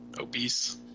obese